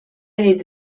need